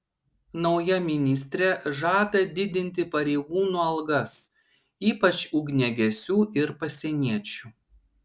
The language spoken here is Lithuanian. nauja ministrė žada didinti pareigūnų algas ypač ugniagesių ir pasieniečių